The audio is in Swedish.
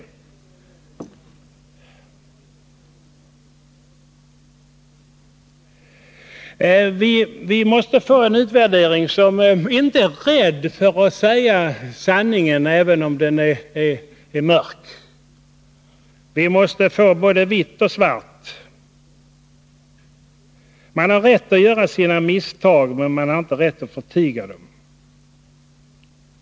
Vi måste få en utvärdering där man inte rädd för att säga sanningen, även om den är mörk. Vi måste få med både vitt och svart. Man har rätt att göra misstag, men man har inte rätt att förtiga dem.